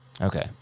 Okay